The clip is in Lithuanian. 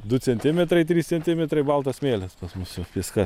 du centimetrai trys centimetrai baltas smėlis pas mus jau pieska